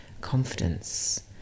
confidence